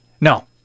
no